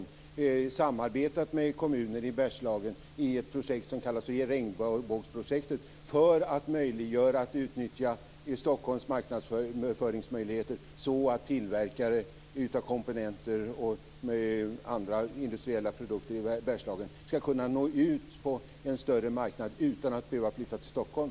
Man har samarbetat med kommuner i Bergslagen i ett projekt som kallas för Regnbågsprojektet för att möjliggöra ett utnyttjande av Stockholms marknadsföringsmöjligheter, så att tillverkare av komponenter och andra industriella produkter i Bergslagen skall kunna nå ut på en större marknad utan att behöva flytta till Stockholm.